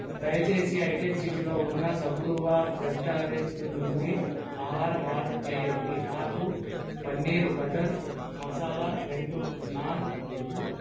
దయచేసి హైటెక్ సిటీలో ఉన్న సద్గురు రెస్టారెంట్ నుండి ఆహారం ఆర్డర్ చెయ్యండి నాకు పనీరు బటర్ మసాలా రెండు నాన్లు